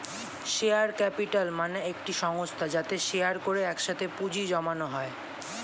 share capital মানে একটি সংস্থা যাতে শেয়ার করে একসাথে পুঁজি জমানো হয়